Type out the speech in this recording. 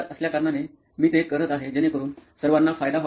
असल्या कारणाने मी ते करत आहे जेणेकरून सर्वांना फायदा व्हावा